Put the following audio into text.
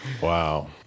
wow